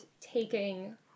taking